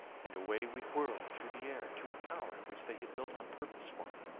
and away we whirled through the air to a tower which they had built on purpose for me.